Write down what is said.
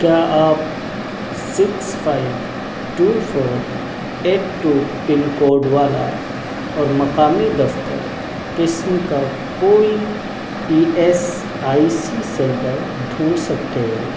کیا آپ six five two four eight two pin code والا اور مقامی دفتر قسم کا کوئی E S I C centre ڈھونڈ سکتے ہو